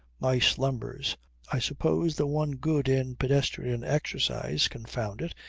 my slumbers i suppose the one good in pedestrian exercise, confound it,